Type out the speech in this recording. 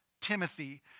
Timothy